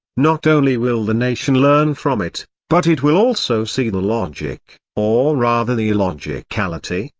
not only will the nation learn from it, but it will also see the logic, or rather the illogicality,